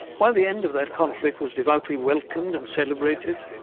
while the end of that conflict was devoutly welcomed and celebrated,